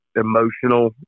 emotional